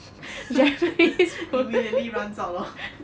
immediately runs out of